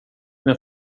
men